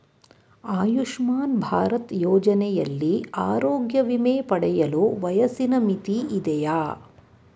ಆಯುಷ್ಮಾನ್ ಭಾರತ್ ಯೋಜನೆಯಲ್ಲಿ ಆರೋಗ್ಯ ವಿಮೆ ಪಡೆಯಲು ವಯಸ್ಸಿನ ಮಿತಿ ಇದೆಯಾ?